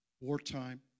wartime